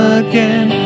again